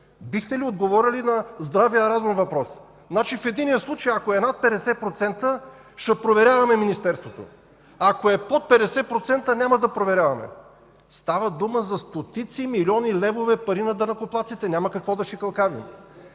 Бихте ли отговорили на здравия разум? Значи в единия случай, ако е над 50%, ще проверяваме Министерството, ако е над 50% няма да проверяваме. Става дума за стотици милиони левове пари на данъкоплатците. Няма какво да шикалкавим.